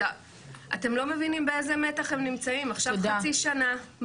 אתם לא מבינים באיזה מתח הם נמצאים עכשיו חצי שנה,